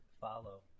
Follow